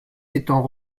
étant